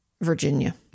Virginia